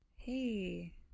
Hey